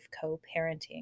co-parenting